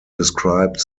described